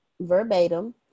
verbatim